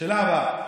השאלה הבאה.